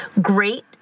great